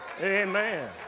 Amen